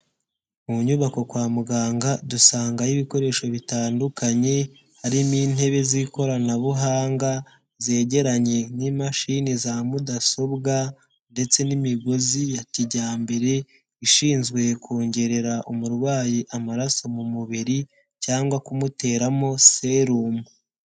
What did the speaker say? Mu nyubako kwa muganga dusangayo ibikoresho bitandukanye, harimo intebe z'ikoranabuhanga zegeranye n'imashini za mudasobwa ndetse n'imigozi ya kijyambere ishinzwe kongerera umurwayi amaraso mu mubiri cyangwa kumuteramo serumu.